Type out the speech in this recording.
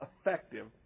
effective